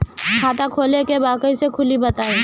खाता खोले के बा कईसे खुली बताई?